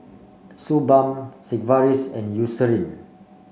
Suu Balm Sigvaris and Eucerin